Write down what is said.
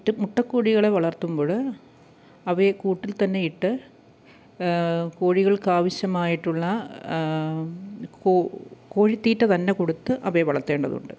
മുട്ടക്കോഴികളെ വളർത്തുമ്പോള് അവയെ കൂട്ടിൽത്തന്നെ ഇട്ട് കോഴികൾക്കാവശ്യമായിട്ടുള്ള കോഴിത്തീറ്റതന്നെ കൊടുത്ത് അവയെ വളർത്തേണ്ടതുണ്ട്